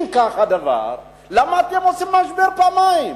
אם כך הדבר, למה אתם עושים משבר פעמיים?